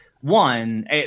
one